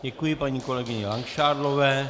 Děkuji paní kolegyni Langšádlové.